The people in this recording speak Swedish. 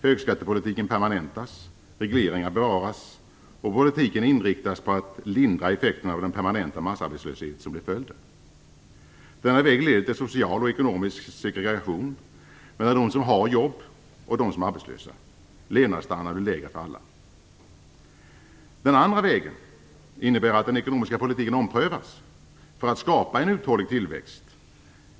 Högskattepolitiken permanentas, regleringarna bevaras och politiken inriktas på att lindra effekterna av den permanenta massarbetslöshet som blir följden. Denna väg leder till social och ekonomisk segregation mellan dem som har jobb och dem som är arbetslösa. Levnadsstandarden blir lägre för alla. Den andra vägen innebär att den ekonomiska politiken omprövas för att skapa en uthållig tillväxt.